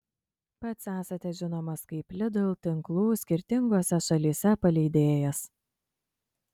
pats esate žinomas kaip lidl tinklų skirtingose šalyse paleidėjas